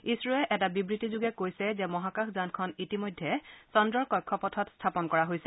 ইছৰোৱে এটা বিবৃতিযোগে কৈছে যে মহাকাশ যানখন ইতিমধ্যে চন্দ্ৰৰ কক্ষপথত স্থাপন কৰা হৈছে